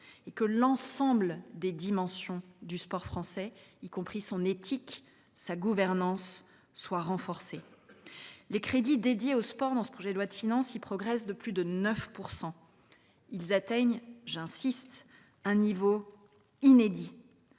et que l’ensemble des dimensions du sport français, y compris son éthique et sa gouvernance, soient renforcées. Les crédits consacrés au sport dans ce projet de loi de finances progressent de plus de 9 %. Ils atteignent, j’y insiste, un niveau inédit.